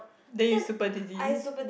then you super dizzy